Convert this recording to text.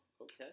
okay